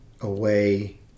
away